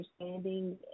understanding